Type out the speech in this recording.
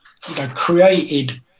created